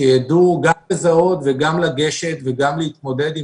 שיידעו גם לזהות וגם לגשת וגם להתמודד עם